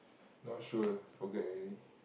not sure forget already